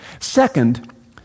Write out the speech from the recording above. Second